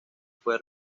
fue